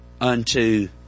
unto